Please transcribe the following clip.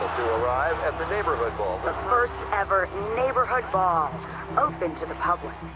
arrive at the neighborhood ball. the first-ever neighborhood ball open to the public.